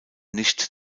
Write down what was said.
nicht